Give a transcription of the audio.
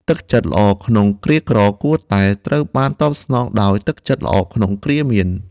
ទឹកចិត្តល្អក្នុងគ្រាក្រ គួរតែត្រូវបានតបស្នងដោយទឹកចិត្តល្អក្នុងគ្រាមាន។